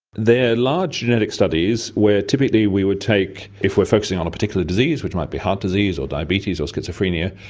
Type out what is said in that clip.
they're large genetic studies where typically we would take if we're focusing on a particular disease, which might be heart disease or diabetes or schizophrenia,